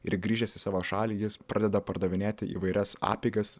ir grįžęs į savo šalį jis pradeda pardavinėti įvairias apeigas